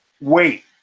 wait